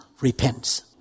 repents